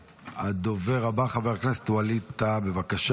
הדובר הבא, חבר הכנסת ווליד טאהא, בבקשה.